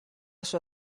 sua